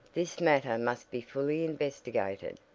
this matter must be fully investigated,